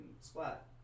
splat